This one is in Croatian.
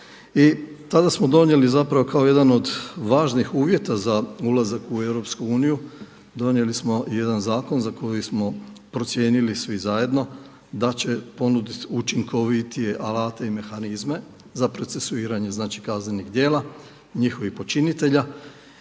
I tada smo donijeli kao jedan od važnih uvjeta za ulazak u EU, donijeli smo jedan zakon za koji smo procijenili svi zajedno da će ponuditi učinkovitije alate i mehanizme za procesuiranje kaznenih djela njihovih počinitelja.